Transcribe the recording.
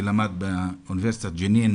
שלמד באוניברסיטת ג'נין,